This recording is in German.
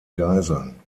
geiseln